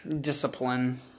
discipline